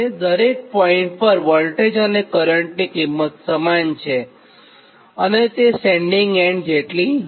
દરેક પોઇન્ટ પર વોલ્ટેજ અને કરંટની કિંમત સમાન છે અને તે સેન્ડીંગ એન્ડ જેટલી હોય છે